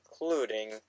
including